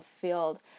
field